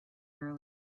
earlier